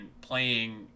playing